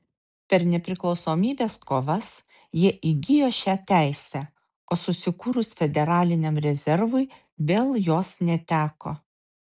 per nepriklausomybės kovas jie įgijo šią teisę o susikūrus federaliniam rezervui vėl jos neteko